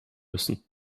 müssen